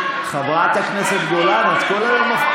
חברת הכנסת גולן, את כל היום מפריעה.